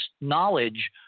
knowledge